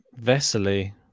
Vesely